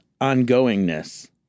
ongoingness